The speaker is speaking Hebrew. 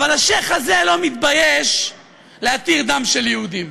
אבל השיח' הזה לא מתבייש להתיר דם של יהודים.